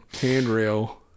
handrail